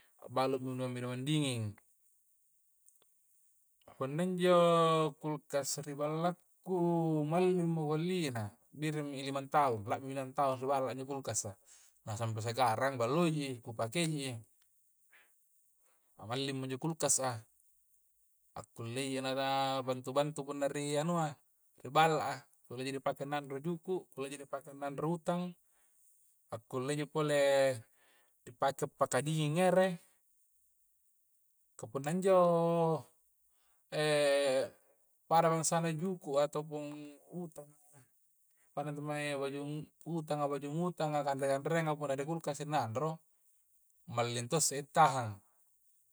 A' balu punna meninumang dinging punna ninjo kulkasa ri ballaku mallingmi guhallia biringmi lima tahung la'minahang tahun ri balla a injo kulkasa a nasaba sampai sekarang balloiji kupakaiji na ballingmo injo kulkas a akulleiji naba ka bantu-bantu punna ri anua ri balla a kulleinaji di pake naung juku kulleinaji di pake nangro hutang akulleiji pole ri pakai dinging ere kah punna injo e pada bangsa na juku a ataupun utanga pada intu mae baju bajungu bajumutanga kanre-kanrengang pole di kulkasa i nanro malling to si tahang.